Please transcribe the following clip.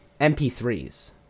MP3s